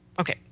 Okay